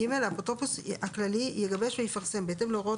(ג)האפוטרופוס הכללי יגבש ויפרסם בהתאם להוראות